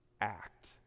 act